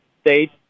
state